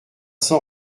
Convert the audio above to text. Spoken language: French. sans